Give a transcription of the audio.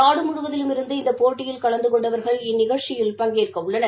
நாடு முழுவதிலுமிருந்து இந்த போட்டியில் கலந்து கொண்டவர்கள் இந்நிகழ்ச்சியில் பங்கேற்க உள்ளனர்